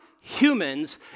humans